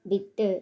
விட்டு